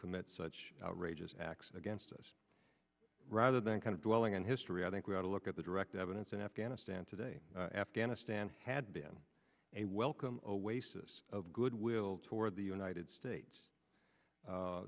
commit such outrageous acts against us rather than kind of dwelling in history i think we ought to look at the direct evidence in afghanistan today afghanistan had been a welcome a waste of goodwill toward the united states